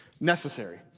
necessary